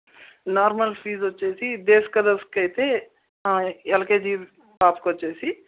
normal fees వచ్చేసి day స్కాలర్స్కి అయితే ఎల్కేజీ క్లాస్కి వచ్చేసి